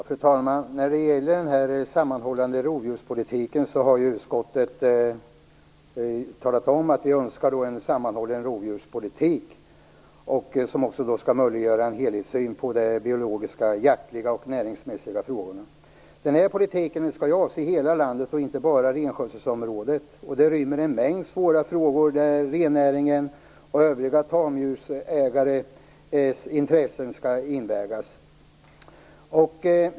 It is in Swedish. Fru talman! Utskottet har ju talat om att vi önskar en sammanhållen rovdjurspolitik som också skall möjliggöra en helhetssyn på de biologiska, jaktliga och näringsmässiga frågorna. Den här politiken skall ju avse hela landet och inte bara renskötselområdet. Det rymmer en mängd svåra frågor. Rennäringens och övriga tamdjursägares intressen skall vägas in.